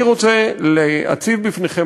אני רוצה להציב בפניכם,